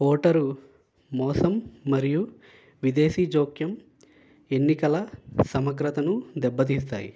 voter మోసం మరియు విదేశీ జోక్యం ఎన్నికల సమగ్రతను దెబ్బతీస్తాయి